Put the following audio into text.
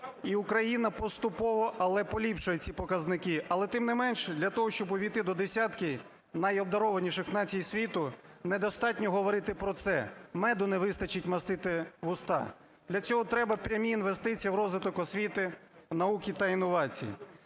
І Україна поступово, але поліпшує ці показники, але тим не менше для того, щоб увійти до десятки найобдарованіших націй світу, недостатньо говорити про це – меду не вистачить мастити вуста. Для цього треба прямі інвестиції в розвиток освіти, науки та інновацій.